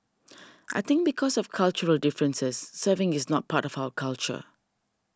I think because of cultural differences serving is not part of our culture